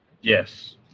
Yes